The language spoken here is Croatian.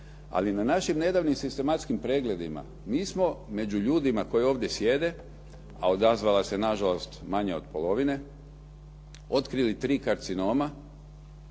Ali na našim nedavni sistematskim pregledima, mi smo među ljudima koji ovdje sjede, a odazvala se na žalost manje od polovine, otkrili 3 karcinoma